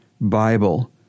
Bible